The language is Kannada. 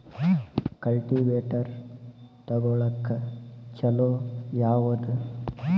ಕಲ್ಟಿವೇಟರ್ ತೊಗೊಳಕ್ಕ ಛಲೋ ಯಾವದ?